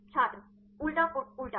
छात्र उलटा उलटा